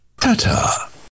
Ta-ta